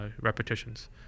repetitions